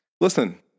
listen